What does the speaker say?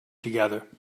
together